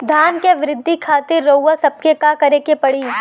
धान क वृद्धि खातिर रउआ सबके का करे के पड़ी?